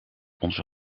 onze